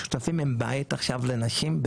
השותפים הם בית עכשיו לנשים,